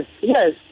yes